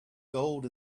gold